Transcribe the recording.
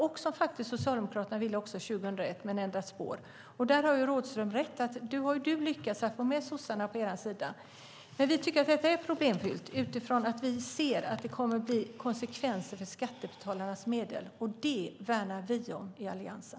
Och Socialdemokraterna ville också det 2001 men har ändrat spår. Rådhström har rätt i att du har lyckats att få med sossarna på er sida. Vi tycker att detta är problemfyllt, eftersom vi ser att det kommer att bli konsekvenser för skattebetalarnas medel, och dem värnar vi om i Alliansen.